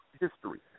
history